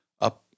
up